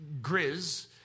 grizz